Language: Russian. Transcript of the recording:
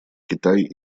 китай